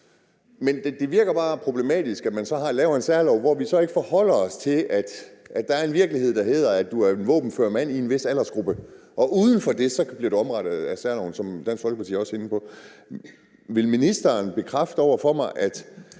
men det virker bare problematisk, at vi så laver en særlov, hvor vi ikke forholder os til, at der er den virkelighed, der er. Altså, der er våbenføre mænd i en vis aldersgruppe, og er man uden for den kategori, bliver man så omfattet af særloven, sådan som Dansk Folkeparti også er inde på. Vil ministeren bekræfte over for mig, at